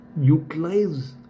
utilize